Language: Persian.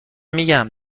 میگم